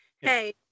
hey